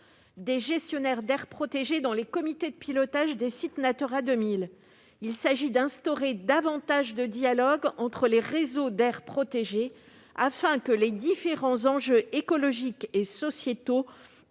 des gestionnaires d'aires protégées dans les comités de pilotage des sites Natura 2000. Il s'agit d'instaurer davantage de dialogue entre les réseaux d'aires protégées afin que les différents enjeux écologiques et sociétaux